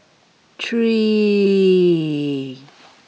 three